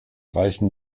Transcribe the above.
reichen